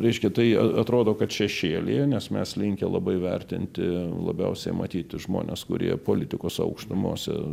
reiškia tai atrodo kad šešėlyje nes mes linkę labai vertinti labiausiai matyti žmones kurie politikos aukštumose